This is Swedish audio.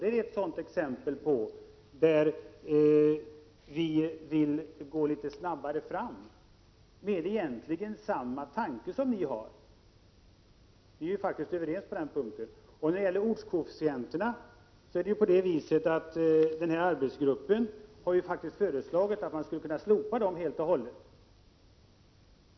Det är ett exempel där vi vill gå snabbare fram med egentligen samma tanke som ni har. När det gäller ortskoefficienterna har arbetsgruppen föreslagit att de skulle slopas helt och hållet.